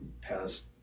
past